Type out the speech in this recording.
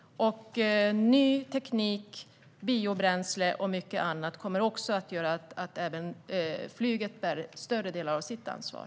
Ny teknik, biobränsle och mycket annat kommer att göra att även flyget tar större delar av sitt ansvar.